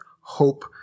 hope